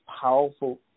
powerful